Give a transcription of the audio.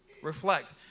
reflect